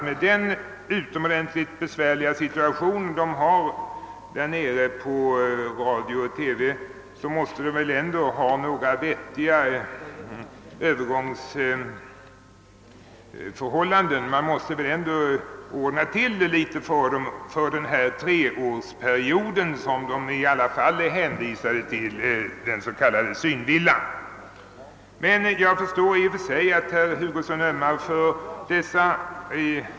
Med den utomordentligt besvärliga situation som radion och televisionen i Göteborg befinner sig i erfordras ändå vettigare övergångsförhållanden. Man måste ordna det litet bättre för den treårsperiod, då de anställda vid Göteborgs radio och television under alla förhållanden är hänvisade till att arbeta i den s.k. synvillan. Jag förstår i och för sig att herr Hu gosson ömmar för dem.